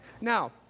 Now